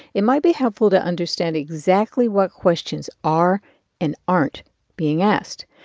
it might be helpful to understand exactly what questions are and aren't being asked.